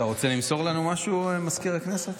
אתה רוצה למסור לנו משהו, מזכיר הכנסת?